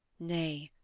nay,